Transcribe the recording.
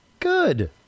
Good